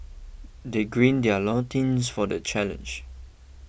they gird their loins for the challenge